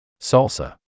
Salsa